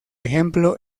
ejemplo